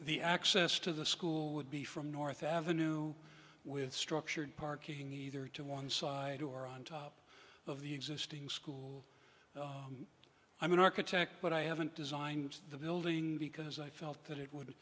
the access to the school would be from north avenue with structured parking either to one side or on top of the existing school i'm an architect but i haven't designed the building because i felt that it would